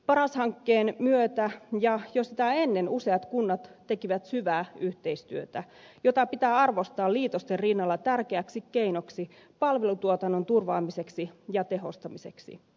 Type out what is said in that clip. paras hankkeen myötä ja jo sitä ennen useat kunnat tekivät syvää yhteistyötä jota pitää arvostaa liitosten rinnalla tärkeänä keinona palvelutuotannon turvaamiseksi ja tehostamiseksi